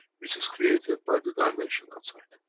which is created by the dimension outside.